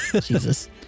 Jesus